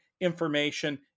information